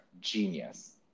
genius